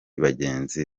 bagenzi